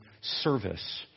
service